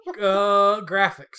Graphics